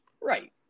Right